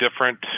different